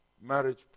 marriage